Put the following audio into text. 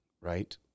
right